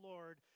Lord